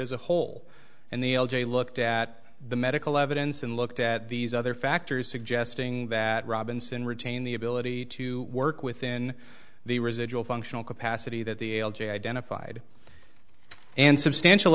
as a whole and the l g looked at the medical evidence and looked at these other factors suggesting that robinson retain the ability to work within the residual functional capacity that the l g identified and substantial